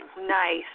Nice